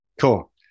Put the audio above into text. Cool